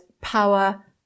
power